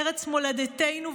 ארץ מולדתנו,